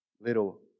little